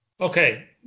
Okay